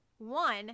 One